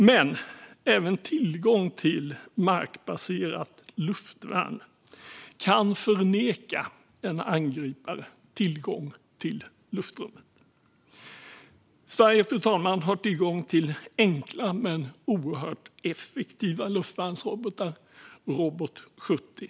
Men även tillgång till markbaserat luftvärn kan förneka en angripare tillgång till luftrum. Fru talman! Sverige har tillgång till enkla men oerhört effektiva luftvärnsrobotar, Robot 70.